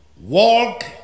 Walk